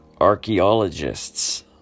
archaeologists